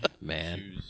Man